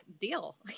deal